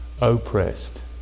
oppressed